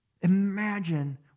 Imagine